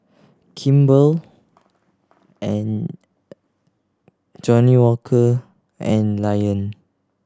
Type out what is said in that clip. Kimball and Johnnie Walker and Lion